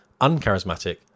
uncharismatic